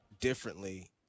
differently